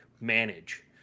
manage